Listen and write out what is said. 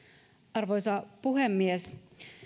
arvoisa puhemies